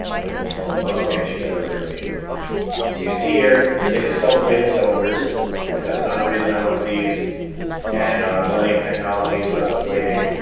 like ah most banshees really are made so you can see here. they're nicus l plated cylinders yet. that's another reason. i went with these and millennium technology is does the plating.